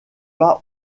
pas